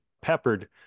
peppered